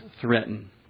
threaten